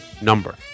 number